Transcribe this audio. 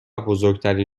بزرگترین